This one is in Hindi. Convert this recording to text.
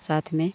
साथ में